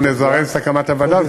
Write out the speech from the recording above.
אנחנו נזרז את הקמת הוועדה.